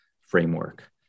framework